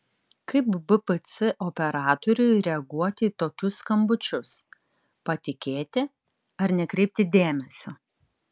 kaip bpc operatoriui reaguoti į tokius skambučius patikėti ar nekreipti dėmesio